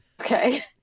Okay